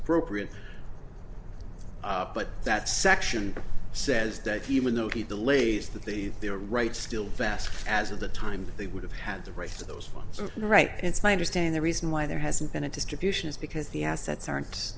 appropriate but that section says that even though he delays that they have their rights still fast as of the time they would have had the right to those funds right it's my understand the reason why there hasn't been a distribution is because the assets aren't